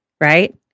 Right